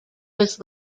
was